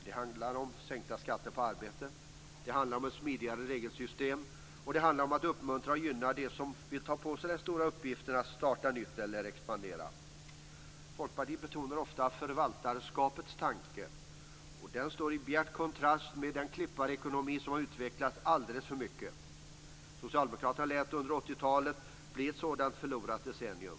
Det handlar om sänkta skatter på arbete, om ett smidigare regelsystem och om att uppmuntra och gynna dem som vill ta på sig den stora uppgiften att starta nytt eller expandera. Folkpartiet betonar ofta förvaltarskapets tanke. Och den står i bjärt kontrast till den klipparekonomi som har utvecklats alldeles för mycket. Socialdemokraterna lät 80-talet bli ett förlorat decennium.